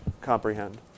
comprehend